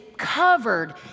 covered